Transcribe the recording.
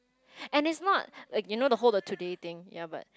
and it's not like you know the whole the today thing ya but